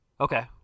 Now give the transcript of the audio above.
Okay